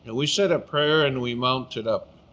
and we said a prayer and we mounted up,